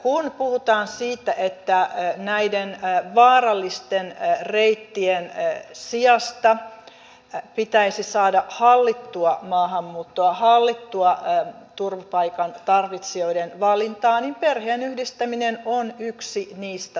kun puhutaan siitä että näiden vaarallisten reittien sijasta pitäisi saada hallittua maahanmuuttoa hallittua turvapaikan tarvitsijoiden valintaa niin perheenyhdistäminen on yksi niistä tavoista